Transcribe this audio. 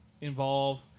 involve